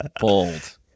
Bold